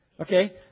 Okay